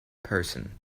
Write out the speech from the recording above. person